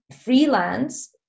freelance